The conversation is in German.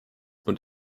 und